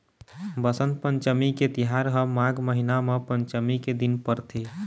बसंत पंचमी के तिहार ह माघ महिना म पंचमी के दिन परथे